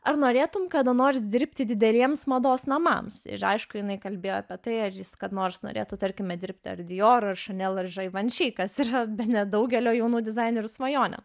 ar norėtum kada nors dirbti dideliems mados namams ir aišku jinai kalbėjo apie tai kada nors norėtų tarkime dirbti ar dijor ar šanel ar žaivanši kas yra bene daugelio jaunų dizainerių svajonė